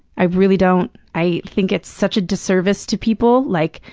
i really don't. i think it's such a disservice to people. like,